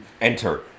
Enter